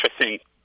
interesting